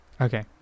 Okay